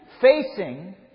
Facing